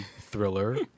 thriller